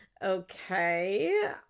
Okay